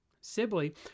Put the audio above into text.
Sibley